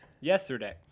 yesterday